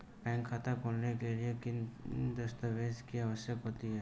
Bank खाता खोलने के लिए किन दस्तावेज़ों की आवश्यकता होती है?